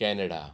Canada